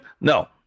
No